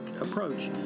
approach